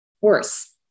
worse